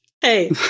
Hey